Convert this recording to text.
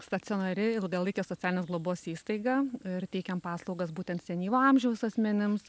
stacionari ilgalaikės socialinės globos įstaiga ir teikiam paslaugas būtent senyvo amžiaus asmenims